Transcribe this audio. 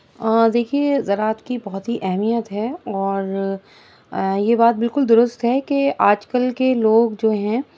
اور دیکھیے زراعت کی بہت ہی اہمیت ہے اور یہ بات بالکل درست ہے کہ آج کل کے لوگ جو ہیں